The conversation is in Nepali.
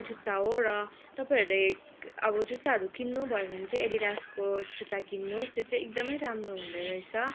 जुत्ता हो र तपाईँहरूले अब जुत्ताहरू किन्नुभयो भने चाहिँ एडिडासको जुत्ता किन्नुहोस् त्यो चाहिँ एकदमै राम्रो हुँदोरहेछ